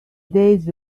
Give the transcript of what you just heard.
days